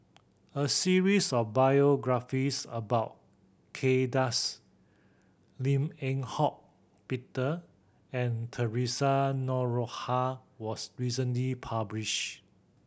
a series of biographies about Kay Das Lim Eng Hock Peter and Theresa Noronha was recently published